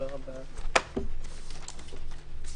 הישיבה נעולה.